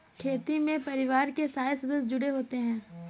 खेती में परिवार के सारे सदस्य जुड़े होते है